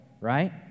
right